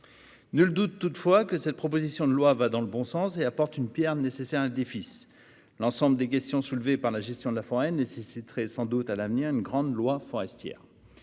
Nul doute toutefois que la présente proposition de loi va dans le bon sens et apporte une pierre nécessaire à l'édifice. L'ensemble des questions soulevées par la gestion de la forêt nécessiterait sans doute à l'avenir une grande loi sur